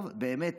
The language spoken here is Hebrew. טוב, באמת